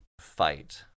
fight